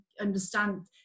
understand